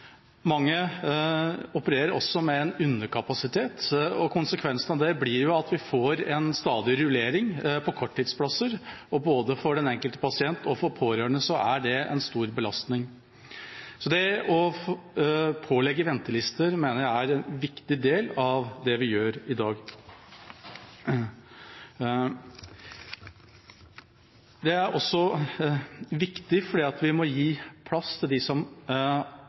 Mange opererer også med en underkapasitet, og konsekvensen av det blir at vi få en stadig rullering av korttidsplasser, og både for den enkelte pasient og for pårørende er det en stor belastning. Så å pålegge å ha ventelister mener jeg er en viktig del av det vi gjør i dag. Det er også viktig fordi vi må gi plass til dem som